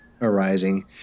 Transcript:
arising